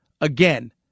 again